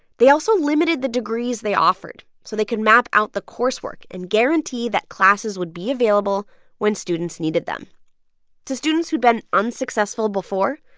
they also limited the degrees they offered so they can map out the coursework and guarantee that classes would be available when students needed them to students who'd been unsuccessful before,